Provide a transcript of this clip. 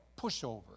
pushover